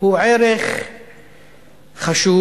הוא ערך חשוב,